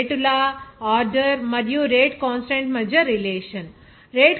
ఇప్పుడు ఇక్కడ rate law order మరియు రేటు కాన్స్టాంట్ మధ్య రిలేషన్